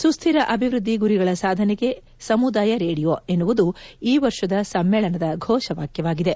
ಸುತ್ಹಿರ ಅಭಿವೃದ್ದಿ ಗುರಿಗಳ ಸಾಧನೆಗೆ ಸಮುದಾಯ ರೇಡಿಯೋ ಎನ್ನುವುದು ಈ ವರ್ಷದ ಸಮ್ಮೇಳನದ ಘೋಷವಾಕ್ಕವಾಗಿದೆ